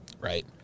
right